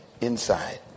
inside